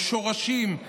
לשורשים,